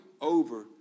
over